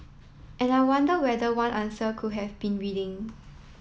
and I wonder whether one answer could have been reading